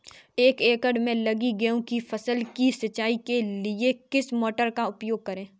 एक एकड़ में लगी गेहूँ की फसल की सिंचाई के लिए किस मोटर का उपयोग करें?